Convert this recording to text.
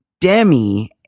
Demi